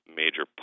major